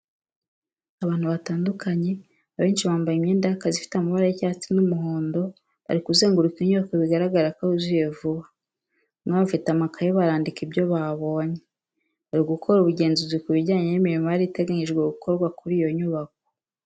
Abantu batandukanye abenshi bambaye imyenda y'akazi ifite amabara y'icyatsi n'umuhondo, bari kuzenguruka inyubako bigaragara ko yuzuye vuba bamwe bafite amakayi barandika ibyo babonye bari gukora ubugenzuzi ku bijyanye n'imirimo yari iteganyijwe gukorwa kuri iyo nyubako.